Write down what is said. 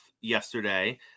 yesterday